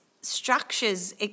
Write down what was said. structures